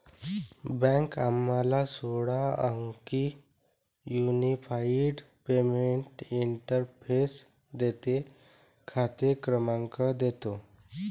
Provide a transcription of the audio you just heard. bank आम्हाला सोळा अंकी युनिफाइड पेमेंट्स इंटरफेस देते, खाते क्रमांक देतो